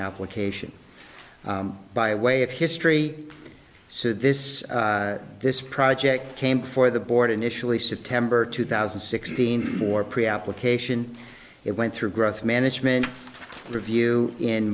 application by way of history so this is this project came for the board initially september two thousand and sixteen for pre application it went through growth management review in